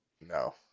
No